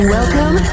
Welcome